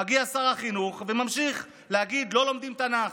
מגיע שר החינוך וממשיך להגיד: לא לומדים תנ"ך.